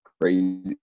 crazy